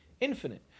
infinite